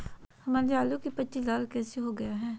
हमारे आलू की पत्ती लाल कैसे हो गया है?